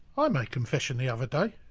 i made confession the other day.